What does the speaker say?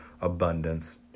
abundance